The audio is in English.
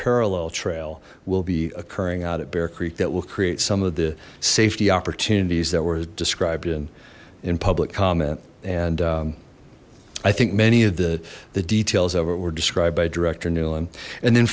parallel trail will be occurring out at bear creek that will create some of the safety opportunities that were described in in public comment and i think many of the the details of it were described by director nuland and then